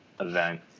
event